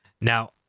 Now